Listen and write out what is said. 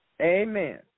Amen